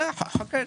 כן.